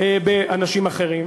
שיפגעו באנשים אחרים.